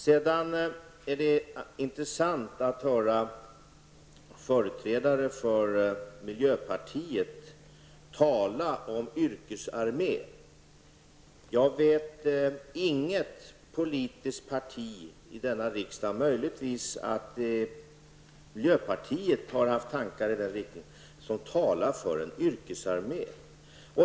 Det är intressant att höra företrädare för miljöpartiet tala om yrkesarmé. Jag vet inget parti i denna riksdag -- om inte möjligtvis miljöpartiet har haft tankar i den riktningen -- som talar för en yrkesarmé.